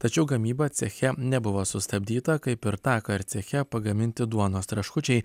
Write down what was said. tačiau gamyba ceche nebuvo sustabdyta kaip ir tąkart ceche pagaminti duonos traškučiai